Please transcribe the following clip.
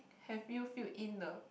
have you filled in the